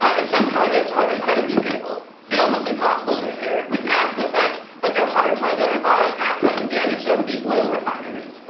and some targets are incredibly critical and almost impossible to repair, with massive effect, but they are hard to identify, access and damage. that would be oil refineries,